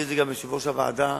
הסביר את זה גם יושב-ראש הוועדה